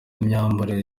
n’imyambarire